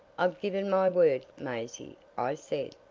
i've given my word, maisie, i said.